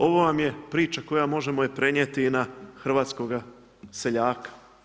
Ovo vam je priča koja možemo je prenijeti i na hrvatskoga seljaka.